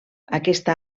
aquesta